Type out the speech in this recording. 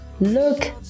look